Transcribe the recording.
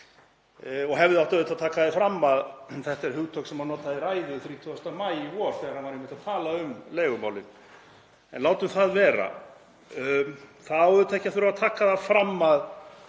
og hefði auðvitað átt að taka það fram að þetta er hugtak sem hann notaði í ræðu 30. maí í vor þegar hann var einmitt að tala um leigumálin. En látum það vera. Það á auðvitað ekki að þurfa að taka það fram að